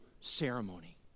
ceremony